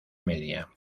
media